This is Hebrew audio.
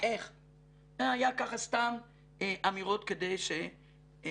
זה היה ככה סתם אמירות כדי שתדע.